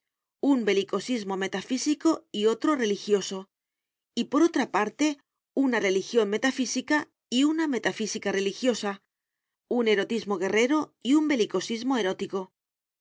un belicosismo metafísico y otro religioso y por otra parte una religión metafísica y una metafísica religiosa un erotismo guerrero y un belicosismo erótico